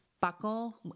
buckle